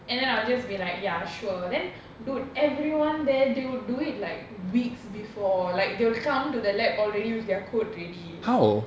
and then I'll just be like ya sure then dude everyone there they will do it like weeks before like they'll come to the lab already with their code ready